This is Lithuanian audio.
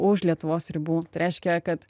už lietuvos ribų tai reiškia kad